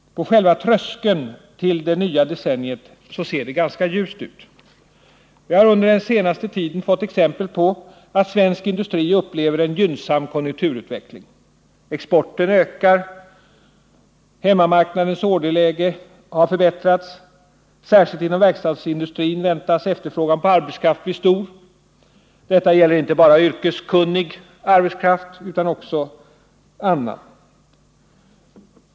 På själva tröskeln till det nya decenniet ser det ganska ljust ut. Vi har under den senaste tiden fått exempel på att svensk industri upplever en gynnsam konjunkturutveckling. Exporten ökar. Hemmamarknadens orderläge har förbättrats. Särskilt inom verkstadsindustrin väntas efterfrågan på arbetskraft bli stor. Detta gäller inte bara yrkeskunnig arbetskraft utan också annan.